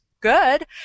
good